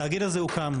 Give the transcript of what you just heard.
התאגיד הזה הוקם.